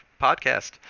podcast